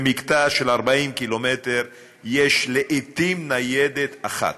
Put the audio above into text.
במקטע של 40 קילומטר יש לעיתים ניידת אחת.